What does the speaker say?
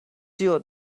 sure